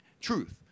Truth